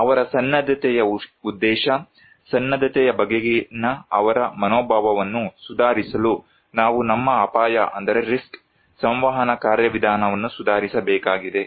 ಅವರ ಸನ್ನದ್ಧತೆಯ ಉದ್ದೇಶ ಸನ್ನದ್ಧತೆಯ ಬಗೆಗಿನ ಅವರ ಮನೋಭಾವವನ್ನು ಸುಧಾರಿಸಲು ನಾವು ನಮ್ಮ ಅಪಾಯ ಸಂವಹನ ಕಾರ್ಯವಿಧಾನವನ್ನು ಸುಧಾರಿಸಬೇಕಾಗಿದೆ